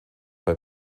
bei